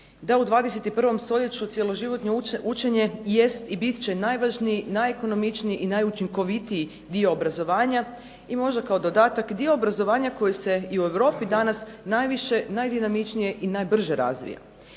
da u 21. stoljeću cjeloživotno učenje jest i bit će najvažniji, najekonomičniji i najučinkovitiji dio obrazovanja i možda kao dodatak dio obrazovanje koji se i u Europi danas najviše, najdinamičnije i najbrže razvija.